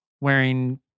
wearing